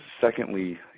Secondly